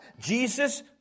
Jesus